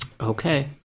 Okay